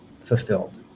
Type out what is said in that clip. fulfilled